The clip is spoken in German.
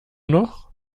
noch